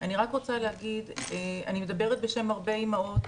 אני רק רוצה להגיד, אני מדברת בשם הרבה אימהות,